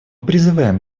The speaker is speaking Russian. призываем